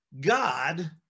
God